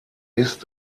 ist